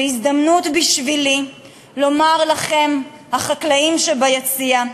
וזו הזדמנות בשבילי לומר לכם, החקלאים שביציע: